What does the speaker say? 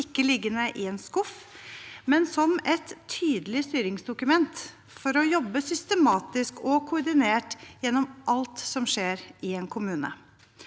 ikke liggende i en skuff, men som et tydelig styringsdokument for å jobbe systematisk og koordinert gjennom alt som skjer i en kommune.